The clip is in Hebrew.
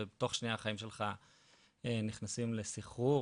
ותוך שנייה החיים שלך נכנסים לסחרור,